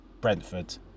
Brentford